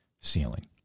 ceiling